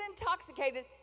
intoxicated